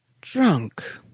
Drunk